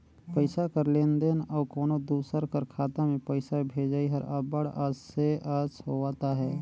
पइसा कर लेन देन अउ कोनो दूसर कर खाता में पइसा भेजई हर अब्बड़ असे अस होवत अहे